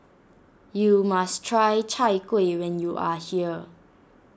you must try Chai Kueh when you are here